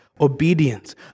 Obedience